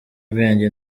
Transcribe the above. ubwenge